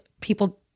people